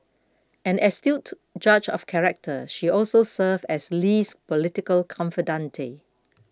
an astute judge of character she also served as Lee's political confidante